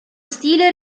stile